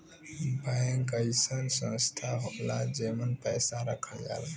bank अइसन संस्था होला जेमन पैसा रखल जाला